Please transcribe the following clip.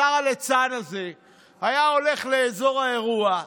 השר הליצן הזה היה הולך לאזור האירוע,